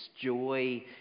Joy